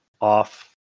off